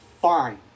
fine